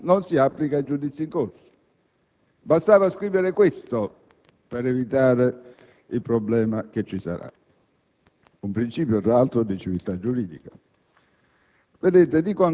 La proposta di emendamento era stata respinta. Ma quella porta che era stata chiusa, nottetempo è stata riaperta